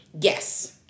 Yes